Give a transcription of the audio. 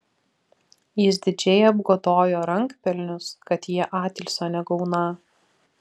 jis didžiai apgodojo rankpelnius kad jie atilsio negauną